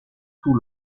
tout